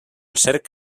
cerc